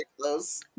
close